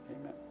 Amen